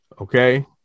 okay